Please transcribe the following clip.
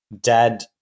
dad